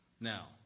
Now